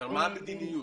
מה המדיניות?